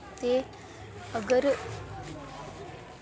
ते अगर